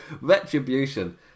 retribution